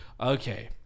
okay